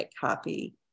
copy